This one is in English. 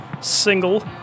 single